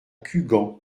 cugand